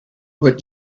put